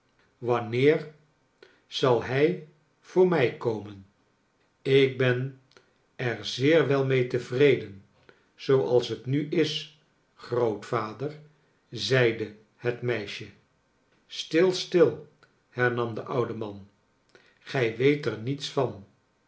wanneer zal hij voor mij komen ik ben er zeer wel mee tevreden zooals het nu is grootvader zeide het meisje stil stil hernam de oude man gij weet er niets van